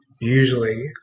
usually